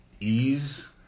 ease